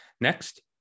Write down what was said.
Next